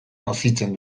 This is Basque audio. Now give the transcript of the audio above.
nozitzen